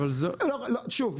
שוב,